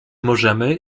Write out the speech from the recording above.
możemy